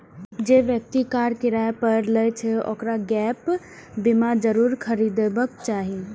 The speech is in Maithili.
जे व्यक्ति कार किराया पर लै छै, ओकरा गैप बीमा जरूर खरीदबाक चाही